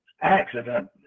accident